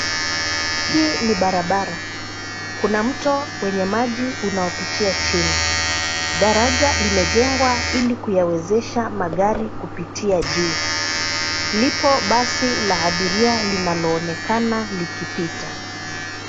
Hii ni barabara. Kuna mto wenye maji unaopitia chini. Daraja limejengwa ili kuyawezesha magari kupitia juu. Lipo basi la abiria linaloonekana likipita.